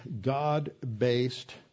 God-based